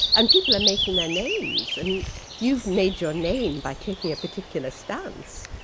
and people are making their names and you've made your name by taking a particular stance.